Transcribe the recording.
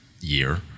Year